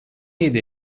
yedi